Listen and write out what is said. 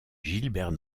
gilbert